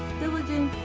diligence,